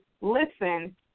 listen